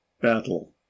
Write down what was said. battle